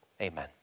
Amen